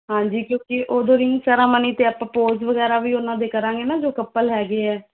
ਹਾਂਜੀ ਕਿਉਂਕਿ ਓਦੋਂ ਰਿੰਗ ਸੈਰਾਮਨੀ 'ਤੇ ਆਪਾਂ ਪੋਜ ਵਗੈਰਾ ਵੀ ਉਨ੍ਹਾਂ ਦੇ ਕਰਾਂਗੇ ਨਾ ਜੋ ਕੱਪਲ ਹੈਗੇ ਹੈ